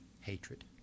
Hatred